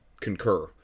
concur